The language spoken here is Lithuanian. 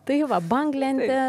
tai va banglentė